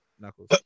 Knuckles